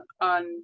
on